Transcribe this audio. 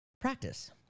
Practice